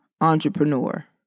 entrepreneur